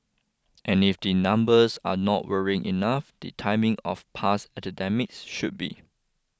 and if the numbers are not worrying enough the timing of past epidemics should be